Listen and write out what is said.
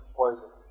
poison